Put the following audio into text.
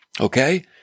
Okay